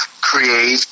create